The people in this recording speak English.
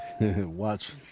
Watch